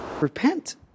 Repent